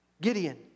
Gideon